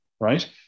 right